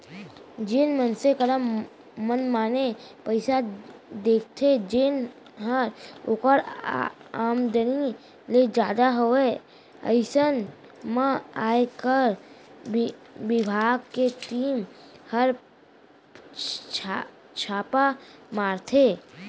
जेन मनसे करा मनमाने पइसा दिखथे जेनहर ओकर आमदनी ले जादा हवय अइसन म आयकर बिभाग के टीम हर छापा मारथे